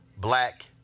black